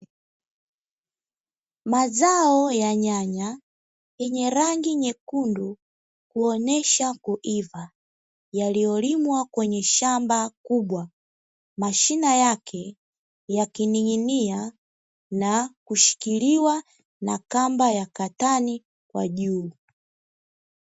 Mazao ya nyanya yenye rangi nyekundu, huonesha kuiva, yaliyolimwa kwenye shamba kubwa, mashina yake yakining'inia na kushikiliwa na kamba ya katani kwa juu.